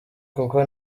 kuko